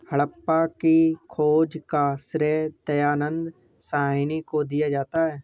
हड़प्पा की खोज का श्रेय दयानन्द साहनी को दिया जाता है